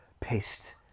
pissed